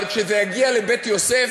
אבל כשזה יגיע לבית-יוסף,